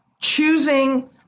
choosing